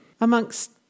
amongst